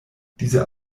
diese